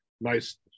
nice